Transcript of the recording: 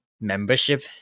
membership